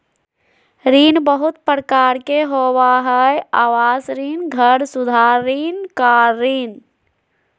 ऋण बहुत प्रकार के होबा हइ आवास ऋण, घर सुधार ऋण, कार ऋण